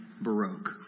Baroque